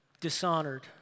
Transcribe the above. dishonored